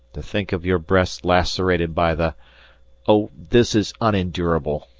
to think of your breasts lacerated by the oh! this is unendurable!